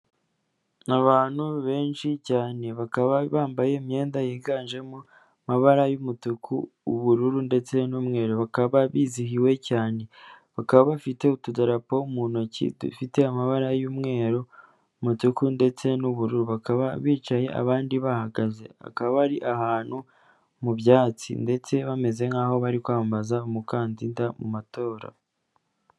Abantu benshi cyane bakaba bambaye imyenda yiganjemo amabara y'umutuku, ubururu ndetse n'umweru bakaba bizihiwe cyane bakaba bafite utudarapo mu ntoki dufite amabara y'umweru, umutuku ndetse n'ubururu bakaba bicaye abandi bahagaze, akaba ari ahantu mu byatsi ndetse bameze nkaho bari kwambaza umukandida mu matora.